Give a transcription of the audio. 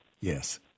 Yes